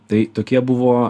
tai tokie buvo